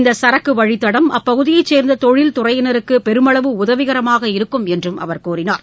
இந்த சரக்கு வழித்தடம் அப்பகுதியைச் சேர்ந்த தொழில்துறையினருக்கு பெருமளவு உதவிகரமாக இருக்கும் என்று அவர் கூறினார்